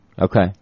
Okay